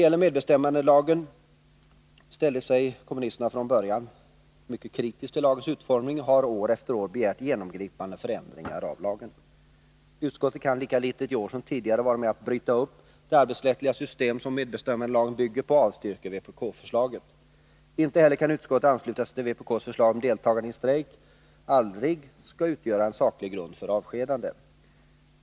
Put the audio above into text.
Kommunisterna ställde sig från början kritiska till medbestämmandelagens utformning och har år efter år begärt genomgripande förändringar av lagen. Utskottet kan lika litet i år som tidigare vara med om att bryta upp det arbetsrättsliga system som medbestämmandelagen bygger på och avstyrker vpk-förslaget. Inte heller kan utskottet ansluta sig till vpk:s förslag att deltagande i strejk aldrig kan utgöra saklig grund för avskedande.